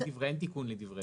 אין תיקון לדברי